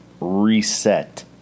reset